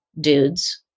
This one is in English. dudes